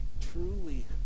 truly